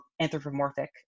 anthropomorphic